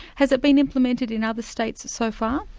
has it been implemented in other states so far?